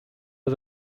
for